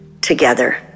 together